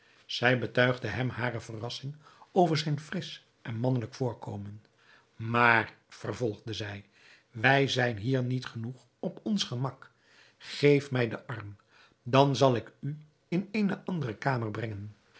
zij betuigde hem hare verrassing over zijn frisch en mannelijk voorkomen maar vervolgde zij wij zijn hier niet genoeg op ons gemak geef mij den arm dan zal ik u in eene andere kamer brengen